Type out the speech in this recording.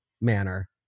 manner